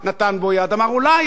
אולי אפשר לעשות כך,